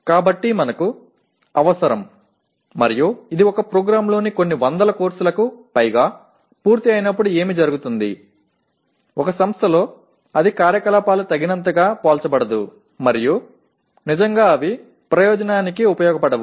కాబట్టి మనకు అవసరం మరియు ఇది ఒక ప్రోగ్రామ్లోని కొన్ని వందల కోర్సులకు పైగా పూర్తి అయినప్పుడు ఏమి జరుగుతుంది ఒక సంస్థలో అది కార్యకలాపాలు తగినంతగా పోల్చబడదు మరియు నిజంగా అవి ప్రయోజనానికి ఉపయోగపడవు